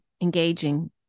engaging